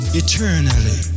eternally